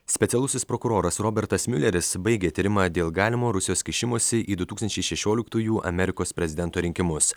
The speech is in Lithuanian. specialusis prokuroras robertas miuleris baigė tyrimą dėl galimo rusijos kišimosi į du tūkstančiai šešioliktųjų amerikos prezidento rinkimus